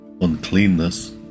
uncleanness